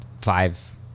five